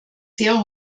sehr